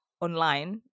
online